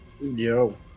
yo